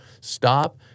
Stop